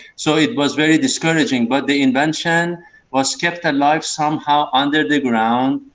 so it was very discouraging. but the invention was kept alive somehow under the ground.